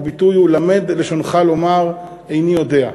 הביטוי הוא: למד לשונך לומר איני יודע.